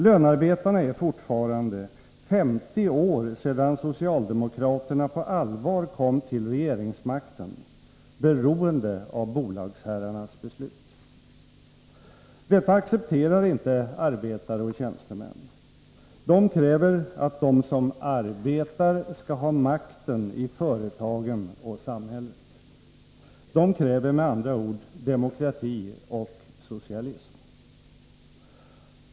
Lönarbetarna är fortfarande, 50 år sedan socialdemokraterna på allvar kom till regeringsmakten, beroende av bolagsherrarnas beslut. Detta accepterar inte arbetare och tjänstemän. De kräver att de som arbetar skall ha makten i företagen och samhället. De kräver med andra ord demokrati och socialism.